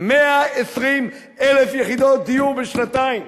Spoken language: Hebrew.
120,000 יחידות דיור בשנתיים.